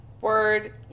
Word